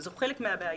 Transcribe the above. אבל זה חלק מן הבעיה,